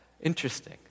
Interesting